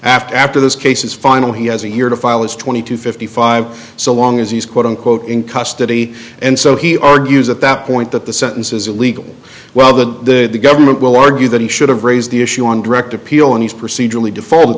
after after this case is final he has a year to file his twenty two fifty five so long as he's quote unquote in custody and so he argues at that point that the sentence is illegal well but the government will argue that he should have raised the issue on direct appeal and he's procedur